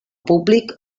públic